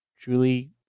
truly